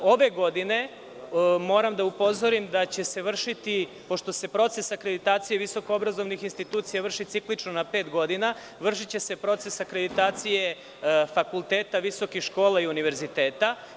Ove godine, moram da upozorim da će se vršiti, pošto se proces akreditacije visoko obrazovnih institucija vrši ciklično na pet godina, vršiće se proces akreditacije fakulteta, visokih škola i univerziteta.